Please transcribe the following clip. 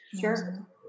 Sure